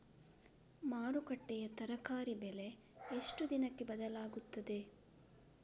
ಮಾರುಕಟ್ಟೆಯ ತರಕಾರಿ ಬೆಲೆ ಎಷ್ಟು ದಿನಕ್ಕೆ ಬದಲಾಗುತ್ತದೆ?